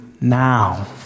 Now